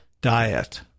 diet